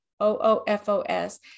O-O-F-O-S